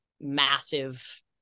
massive